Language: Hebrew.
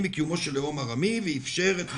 בקיומו של לאום ארמי ואיפשר את הרישום",